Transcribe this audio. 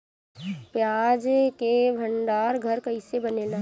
प्याज के भंडार घर कईसे बनेला?